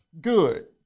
good